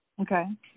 Okay